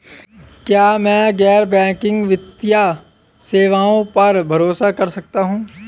क्या मैं गैर बैंकिंग वित्तीय सेवाओं पर भरोसा कर सकता हूं?